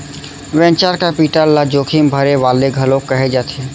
venture capital ल जोखिम भरे वाले घलोक कहे जाथे